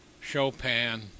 Chopin